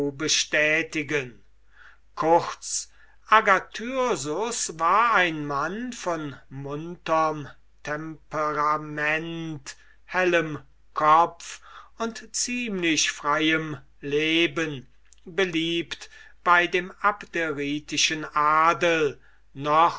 bestätigen kurz agathyrsus war ein mann von gutem temperament munterm kopf und ziemlich freiem leben beliebt bei dem abderitischen adel noch